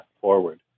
forward